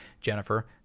Jennifer